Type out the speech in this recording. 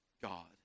God